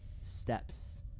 steps